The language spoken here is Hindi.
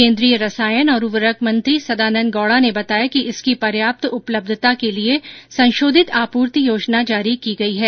केन्द्रीय रसायन और उर्वरक मंत्री सदानन्द गौड़ा ने बताया कि इसकी पर्याप्त उपलब्धता के लिए संशोधित आपूर्ति योजना जारी की गई है